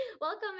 Welcome